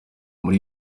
muri